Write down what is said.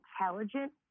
intelligent